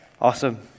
Awesome